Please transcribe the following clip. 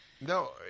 No